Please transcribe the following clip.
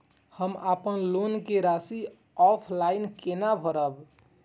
हम अपन लोन के राशि ऑफलाइन केना भरब?